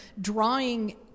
drawing